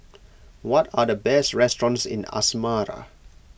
what are the best restaurants in Asmara